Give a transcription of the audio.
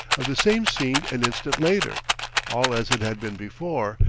of the same scene an instant later all as it had been before,